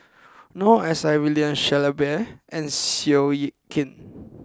Noor S I William Shellabear and Seow Yit Kin